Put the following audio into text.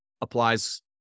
applies